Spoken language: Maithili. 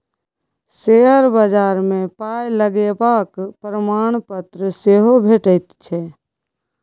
शेयर बजार मे पाय लगेबाक प्रमाणपत्र सेहो भेटैत छै